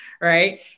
right